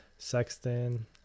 sexton